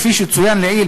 כפי שצוין לעיל,